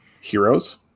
heroes